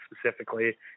specifically